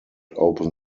open